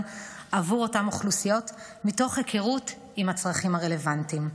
עבור אותן אוכלוסיות מתוך היכרות עם הצרכים הרלוונטיים.